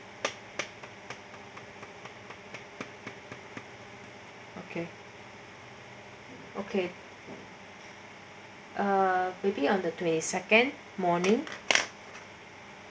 okay uh maybe on the twenty second morning